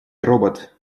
робот